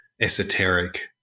esoteric